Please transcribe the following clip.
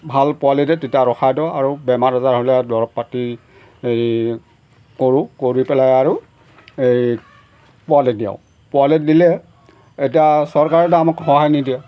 ভাল পোৱালিতে তেতিয়া ৰখাই দিওঁ আৰু বেমাৰ আজাৰ হ'লে দৰৱ পাতি এই কৰোঁ কৰি পেলাই আৰু এই পোৱালিক দিওঁ পোৱালিক দিলে এতিয়া চৰকাৰেতো আমাক সহায় নিদিয়ে